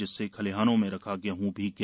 जिससे खलिहानों में रखा गेहूं भीग गया